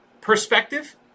perspective